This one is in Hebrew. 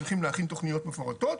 צריכים להכין תוכניות מפורטות,